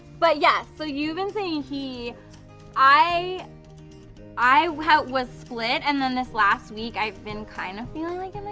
but yes, so you've been saying he i i was split and then this last week i've been kind of feeling like